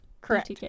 Correct